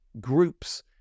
groups